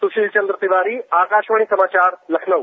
सुशील चंद्र तिवारी आकाशवाणी समाचार लखनऊ